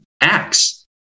Acts